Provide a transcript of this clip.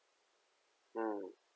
mm